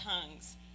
tongues